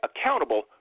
accountable